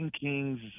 Kings